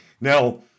Now